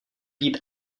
být